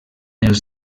els